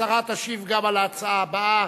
השרה תשיב גם על ההצעה הבאה.